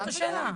זאת השאלה.